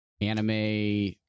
anime